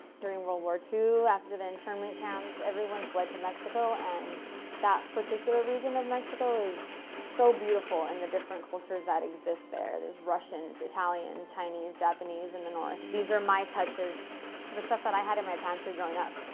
during world war ii after the internment camps, everyone fled to mexico, and that particular region of mexico is so beautiful in and the different cultures that exist there. there's russian, italian, chinese, japanese in the north. these are my touches to the stuff that i had in my pantry growing up.